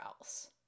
else